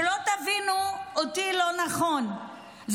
שלא תבינו אותי לא נכון,